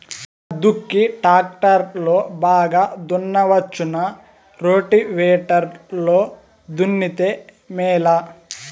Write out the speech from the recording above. ఎలా దుక్కి టాక్టర్ లో బాగా దున్నవచ్చునా రోటివేటర్ లో దున్నితే మేలా?